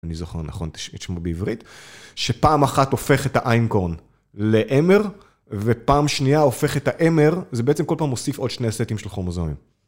אני זוכר נכון, תשמעו בעברית, שפעם אחת הופך את האיינקורן לאמר, ופעם שנייה הופך את האמר, זה בעצם כל פעם מוסיף עוד שני סטים של כרומוזומים.